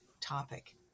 topic